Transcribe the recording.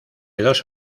dos